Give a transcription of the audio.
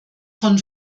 von